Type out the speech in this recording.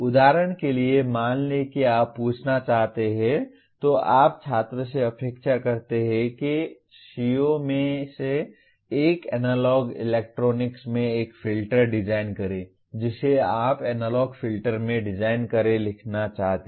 उदाहरण के लिए मान लें कि आप पूछना चाहते हैं तो आप छात्र से अपेक्षा करते हैं कि CO में से एक एनालॉग इलेक्ट्रॉनिक्स में एक फ़िल्टर डिज़ाइन करें जिसे आप एनालॉग फ़िल्टर में डिज़ाइन करे लिखना चाहते हैं